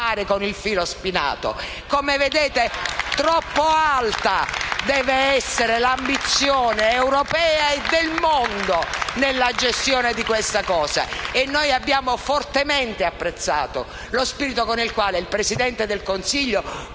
Come vedete, troppo alta deve essere l'ambizione europea e del mondo nella gestione di questo fenomeno e noi abbiamo fortemente apprezzato lo spirito con il quale il Presidente del Consiglio